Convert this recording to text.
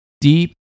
deep